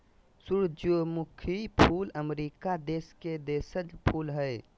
सूरजमुखी फूल अमरीका देश के देशज फूल हइ